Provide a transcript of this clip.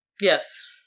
Yes